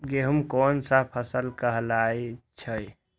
गेहूँ कोन सा फसल कहलाई छई?